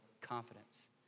confidence